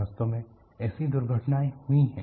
वास्तव में ऐसी दुर्घटनाएं हुई हैं